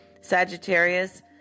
Sagittarius